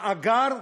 מאגר,